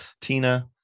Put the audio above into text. Tina